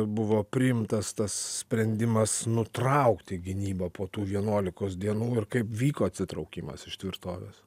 buvo priimtas tas sprendimas nutraukti gynybą po tų vienuolikos dienų ir kaip vyko atsitraukimas iš tvirtovės